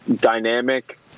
dynamic